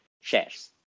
shares